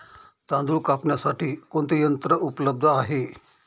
तांदूळ कापण्यासाठी कोणते यंत्र उपलब्ध आहे?